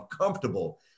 comfortable